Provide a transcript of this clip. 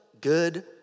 good